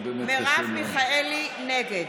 זה באמת קשה מאוד.